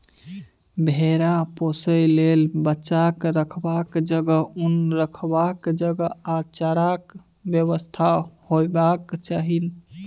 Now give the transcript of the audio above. भेरा पोसय लेल बच्चाक रखबाक जगह, उन रखबाक जगह आ चाराक बेबस्था हेबाक चाही